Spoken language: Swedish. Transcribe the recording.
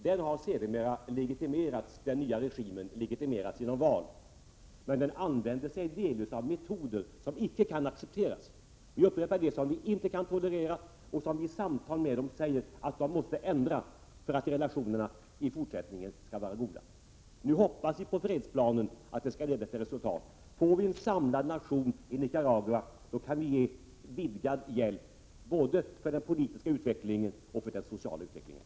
Den nya regimen har sedermera legitimerats genom val, men den använde sig delvis av metoder som icke kan accepteras. Vi upprepar det: Det är metoder som vi inte kan tolerera. Vid samtal med Nicaraguas regim säger vi att man måste ändra detta för att relationerna i fortsättningen skall vara goda. Nu hoppas vi att fredsplanen skall leda till resultat. Får vi en samlad nation i Nicaragua kan vi ge vidgad hjälp både för den politiska utvecklingen och för den sociala utvecklingen.